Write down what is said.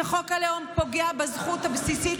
שחוק הלאום פוגע בזכות הבסיסית,